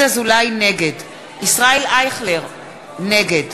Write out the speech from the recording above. נגד ישראל אייכלר, נגד